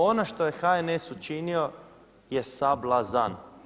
Ono što je HNS učinio je sablazan.